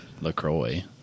LaCroix